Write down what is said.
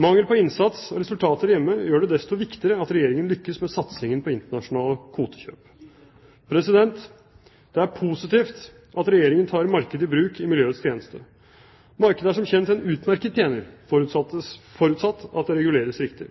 Mangel på innsats og resultater hjemme gjør det desto viktigere at Regjeringen lykkes med satsingen på internasjonale kvotekjøp. Det er positivt at Regjeringen tar markedet i bruk i miljøets tjeneste. Markedet er som kjent en utmerket tjener, forutsatt at det reguleres riktig.